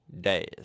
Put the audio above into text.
days